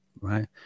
right